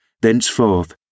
thenceforth